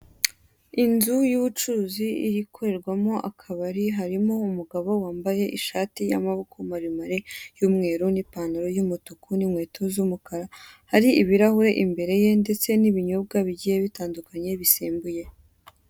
Inzu y'ubucuruzi ikorerwamo akabari. Harimo umugabo wambaye ishati y'amaboko maremare y'umweru n'ipantaro y'umutuku n'inkweto z'umukara. Hari ibirahuri imbere ye ndetse n'ibinyobwa bigiye bitandukanye bisembuye.